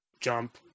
jump